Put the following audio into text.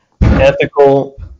ethical